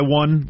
one